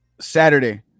saturday